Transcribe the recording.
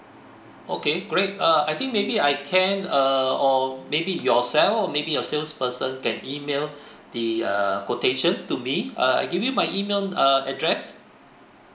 okay great uh I think maybe I can err or maybe yourself or maybe your salesperson can email the err quotation to me uh I give you my email uh address